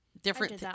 different